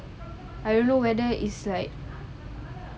I don't know whether it's like